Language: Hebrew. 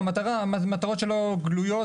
המטרות שלה גלויות,